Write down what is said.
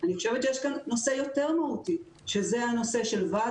אני חושבת שיש כאן נושא מהותי יותר שזה הנושא של ועד